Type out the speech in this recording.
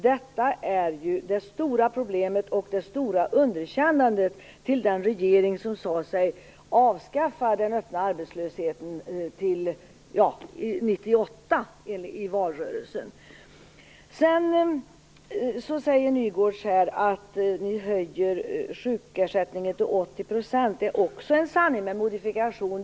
Detta är det stora problemet och det stora underkännadet för den regeringen som i valrörelsen sade sig kunna avskaffa den öppna arbetslösheten till 98. Nygårds säger att man höjer sjukersättningen till 80 %. Det är också en sanning med modifikation.